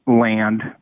land